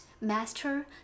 master